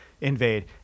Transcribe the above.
invade